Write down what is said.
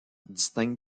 distingue